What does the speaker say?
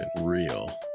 real